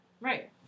Right